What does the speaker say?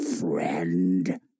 Friend